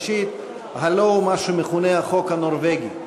הלוא הוא מה שמכונה החוק הנורבגי,